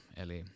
eli